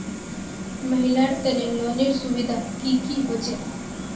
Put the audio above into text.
महिलार तने लोनेर सुविधा की की होचे?